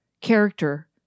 character